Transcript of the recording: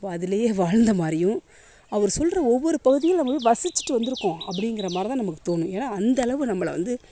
அதுலேயே வாழ்ந்தமாதிரியும் அவர் சொல்கிற ஒவ்வொரு பகுதியில் நாம் போய் வசித்துட்டு வந்திருக்கோம் அப்படிங்கிற மாதிரி தான் நமக்கு தோணும் ஏன்னா அந்த அளவு நம்மளை வந்து